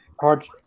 hard